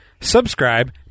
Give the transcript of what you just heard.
subscribe